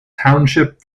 township